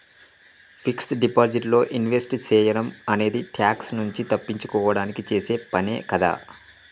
fixed deposit లో invest సేయడం అనేది ట్యాక్స్ నుంచి తప్పించుకోడానికి చేసే పనే కదా